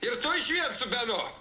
ir tu su benu